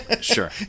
Sure